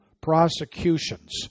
prosecutions